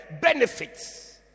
benefits